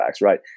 right